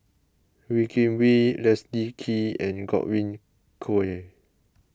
Wee Kim Wee Leslie Kee and Godwin Koay